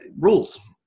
rules